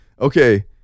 okay